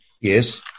Yes